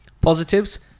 positives